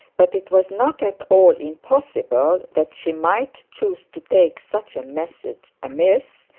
but it was not at all impossible that she might choose to take such a message amiss,